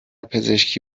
پزشکی